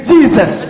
Jesus